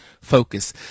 Focus